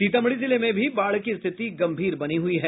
सीतामढ़ी जिले में भी बाढ़ की रिथति गंभीर बनी हुई है